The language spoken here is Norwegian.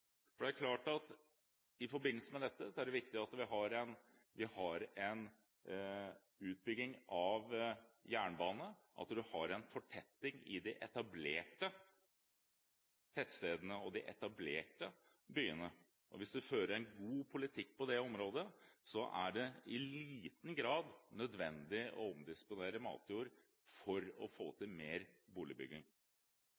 For det er klart at i forbindelse med dette, at man har en fortetting i de etablerte tettstedene og de etablerte byene, er det viktig at man har en utbygging av jernbanen, og hvis man fører en god politikk på det området, er det i liten grad nødvendig å omdisponere matjord for å få